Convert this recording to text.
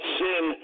sin